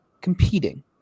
competing